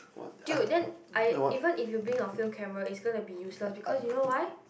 dude then I even if you bring your film camera it's gonna be useless because you know why